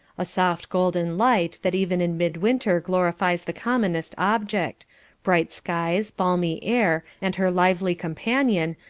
a soft golden light that even in mid-winter glorifies the commonest object bright skies, balmy air, and her lively companion,